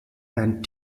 and